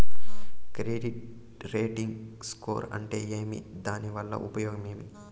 Credit rating score అంటే ఏమి దాని వల్ల ఉపయోగం ఏమి?